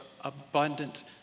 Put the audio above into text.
abundant